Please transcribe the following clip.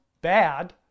bad